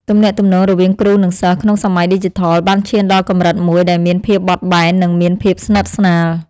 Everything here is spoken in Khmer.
ទំនាក់ទំនងរវាងគ្រូនិងសិស្សក្នុងសម័យឌីជីថលបានឈានដល់កម្រិតមួយដែលមានភាពបត់បែននិងមានភាពស្និទ្ធស្នាល។